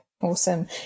awesome